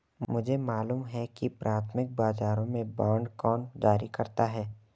मुझे मालूम है कि प्राथमिक बाजारों में बांड कौन जारी करता है